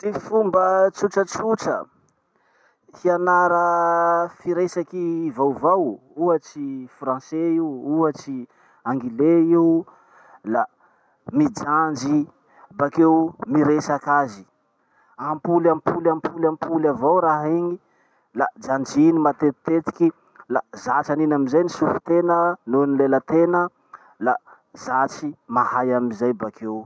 Ty fomba tsotratsotra hianara firesaky vaovao. Ohatsy français io, ohatsy anglais io. La mijanjy bakeo miresak'azy. Ampoly ampoly ampoly ampoly avao raha iny la janjiny matetitetiky la zatsy aniny amizay ny sofitena noho ny lelatena, la zatsy mahay amizay bakeo.